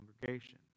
congregation